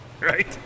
Right